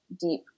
deep